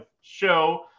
show